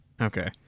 Okay